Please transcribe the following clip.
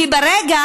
כי ברגע